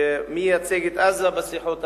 מי ייצג את עזה בשיחות הללו?